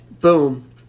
boom